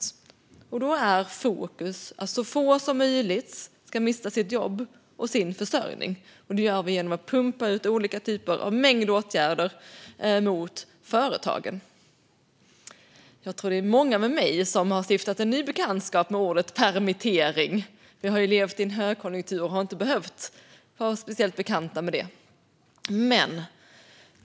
Då är fokus på att se till att så få som möjligt mister sitt jobb och sin försörjning. Det gör vi genom att pumpa ut en mängd olika åtgärder för företagen. Jag tror att det är många med mig som stiftat en ny bekantskap i ordet permittering. Vi har ju levt i en högkonjunktur och inte behövt vara särskilt bekanta med det.